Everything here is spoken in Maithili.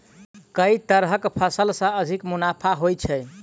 केँ तरहक फसल सऽ अधिक मुनाफा होइ छै?